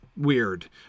Weird